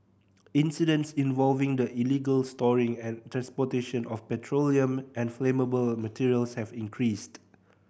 incidents involving the illegal storing and transportation of petroleum and flammable materials have increased